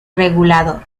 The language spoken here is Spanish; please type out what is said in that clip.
regulador